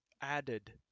added